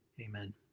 amen